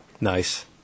nice